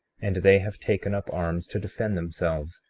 and they have taken up arms to defend themselves,